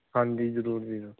ਹਾਂਜੀ ਜ਼ਰੂਰ ਜੀ ਜ਼ਰੂਰ